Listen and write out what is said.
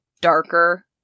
darker